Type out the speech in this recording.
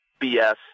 BS